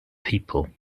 people